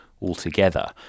altogether